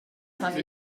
have